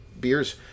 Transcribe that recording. beers